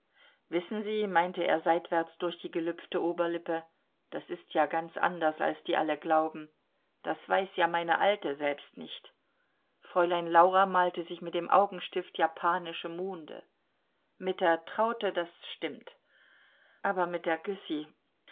wissen sie meinte er seitwärts durch die gelüpfte oberlippe das ist ja ganz anders als die alle glauben das weiß ja meine alte selbst nicht fräulein laura malte sich mit dem augenstift japanische monde mit der traute das stimmt aber mit der güssy